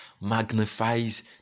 magnifies